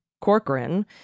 Corcoran